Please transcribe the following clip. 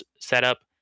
setup